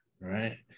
right